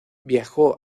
viajó